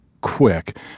quick